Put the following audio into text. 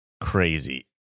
crazy